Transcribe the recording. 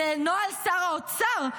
לנוהל שר האוצר,